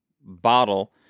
bottle